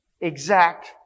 exact